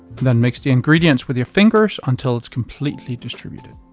then mix the ingredients with your fingers until it's completely distributed.